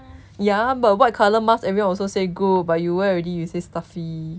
ya but white colour mask everyone also say good but you wear already you say stuffy